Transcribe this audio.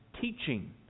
teaching